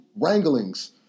wranglings